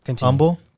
Humble